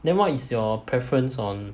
then what is your preference on